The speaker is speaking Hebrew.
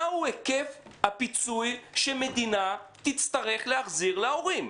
מה היקף הפיצוי שהמדינה תצטרך להחזיר להורים?